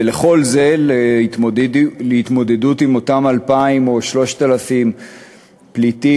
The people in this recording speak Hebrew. ולכל זה, התמודדות עם אותם 2,000 או 3,000 פליטים,